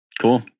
Cool